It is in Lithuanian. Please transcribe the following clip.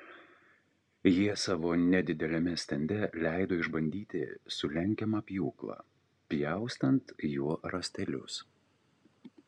jie savo nedideliame stende leido išbandyti sulenkiamą pjūklą pjaustant juo rąstelius